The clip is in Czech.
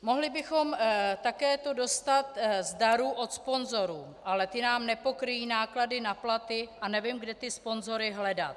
Mohli bychom to také dostat z darů od sponzorů, ale ty nám nepokryjí náklady na platy a nevím, kde ty sponzory hledat.